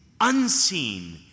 unseen